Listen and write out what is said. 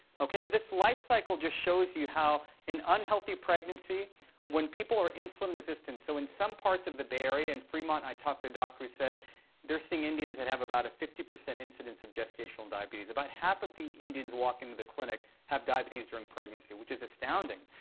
this lifecycle just shows you how an unhealthy pregnancy when people are insulin resistant, so in some parts of the bay area, in fremont, i talked to a doctor who said they're seeing indians that have about a fifty percent incidence of gestational diabetes. about half of the indians who walk into the clinic have diabetes during pregnancy, which is astounding.